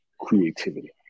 creativity